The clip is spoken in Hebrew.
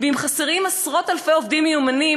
ואם חסרים עשרות-אלפי עובדים מיומנים